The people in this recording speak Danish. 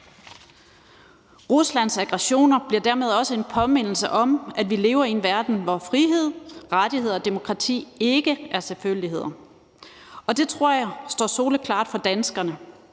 Ruslands aggressioner bliver dermed også en påmindelse om, at vi lever i en verden, hvor frihed, rettigheder og demokrati ikke er selvfølgeligheder, og det tror jeg står soleklart for danskerne.